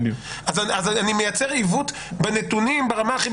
אני מייצר עיוות בנתונים ברמה הכי